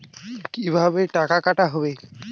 কিভাবে টাকা কাটা হবে?